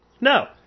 No